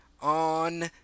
on